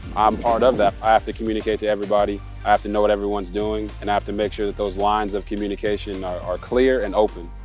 i'm part of that, i have to communicate to everybody, i have to know what everyone's doing, and i have to make sure that those lines of communication are clear and open.